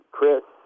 Chris